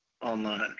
online